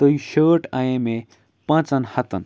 تہٕ یہِ شٲٹ اَنیے مےٚ پانٛژَن ہَتَن